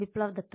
Biplab Datta